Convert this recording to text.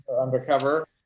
Undercover